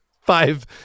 Five